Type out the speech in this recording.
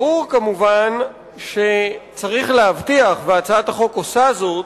ברור כמובן שצריך להבטיח, והצעת החוק עושה זאת,